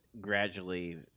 Gradually